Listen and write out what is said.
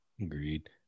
Agreed